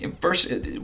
First